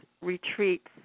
retreats